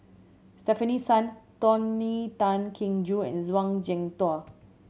Stefanie Sun Tony Tan Keng Joo and Zhuang Shengtao